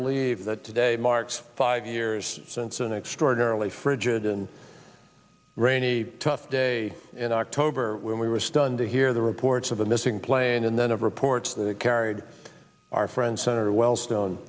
believe that today marks five years since an extraordinarily frigid and rainy tough day in october when we were stunned to hear the reports of a missing plane and then of reports that it carried our friend senator wellstone